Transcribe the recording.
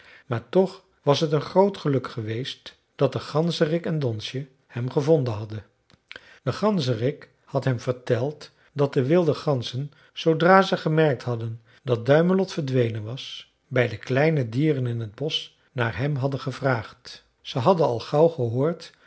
maar toch was t een groot geluk geweest dat de ganzerik en donsje hem gevonden hadden de ganzerik had hem verteld dat de wilde ganzen zoodra ze gemerkt hadden dat duimelot verdwenen was bij de kleine dieren in t bosch naar hem hadden gevraagd ze hadden al gauw gehoord